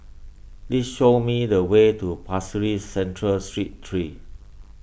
please show me the way to Pasir Ris Central Street three